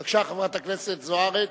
בבקשה, חברת הכנסת זוארץ,